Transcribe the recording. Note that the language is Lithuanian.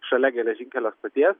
šalia geležinkelio stoties